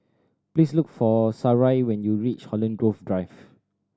please look for Sarai when you reach Holland Grove Drive